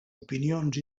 opinions